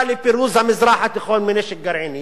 לפירוז המזרח התיכון מנשק גרעיני,